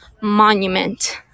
monument